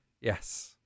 Yes